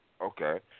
Okay